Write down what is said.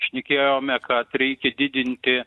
šnekėjome kad reikia didinti